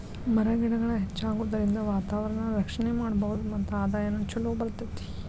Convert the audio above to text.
ಮರ ಗಿಡಗಳ ಹೆಚ್ಚಾಗುದರಿಂದ ವಾತಾವರಣಾನ ರಕ್ಷಣೆ ಮಾಡಬಹುದು ಮತ್ತ ಆದಾಯಾನು ಚುಲೊ ಬರತತಿ